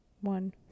one